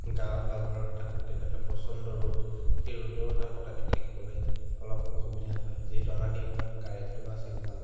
গাঁৱত বা ঘৰত থাকো তেনেহ'লে প্ৰচণ্ড ৰ'দ সেই ৰ'দৰ তাপত আমি থাকিবলৈ অলপ অসুবিধা হয় যিহেতু আমাৰ সেই সময়ত কাৰেণ্টো নাছিল গাঁৱত